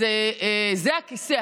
אז זה הכיסא.